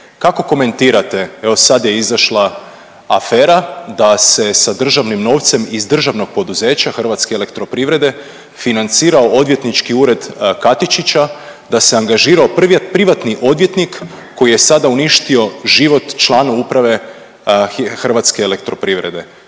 Kako komentirate evo sad je izašla afera da se sa državnim novcem iz državnog poduzeća Hrvatske elektroprivrede financirao odvjetnički ured Katičića, da se angažirao privatni odvjetnik koji je sada uništio život članu uprave Hrvatske elektroprivrede.